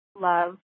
love